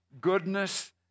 goodness